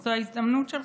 זאת ההזדמנות שלך.